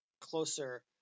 closer